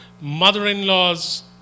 mother-in-laws